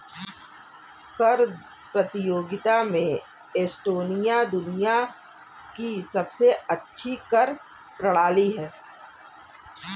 कर प्रतियोगिता में एस्टोनिया दुनिया की सबसे अच्छी कर प्रणाली है